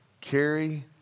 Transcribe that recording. carry